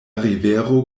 rivero